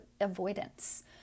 avoidance